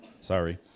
Sorry